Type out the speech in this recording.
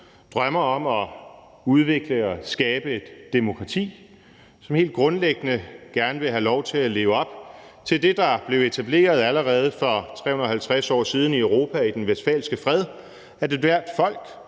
drømmer om at udvikle og skabe et demokrati, og som helt grundlæggende gerne vil have lov til at leve op til det, der blev etableret allerede for 350 år siden i Europa med den westfalske fred , der handler om,